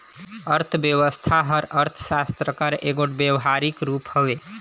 अर्थबेवस्था हर अर्थसास्त्र कर एगोट बेवहारिक रूप हवे